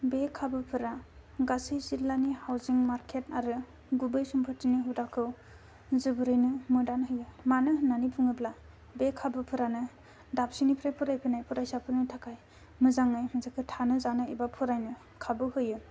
बे खाबुफोरा गासै जिल्लानि हाउजिं मारकेट आरो गुबै सम्पथिनि हुदाखौ जोबोरैनो मोदान होयो मानो होननानै बुङोब्ला बे खाबुफोरानो दाबसेनिफ्राय फरायफैनाय फरायसाफोरनि थाखाय मोजाङै जेखौ थानो जानो थाखाय खाबु होयो